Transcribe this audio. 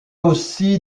aussi